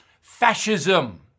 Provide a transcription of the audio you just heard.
Fascism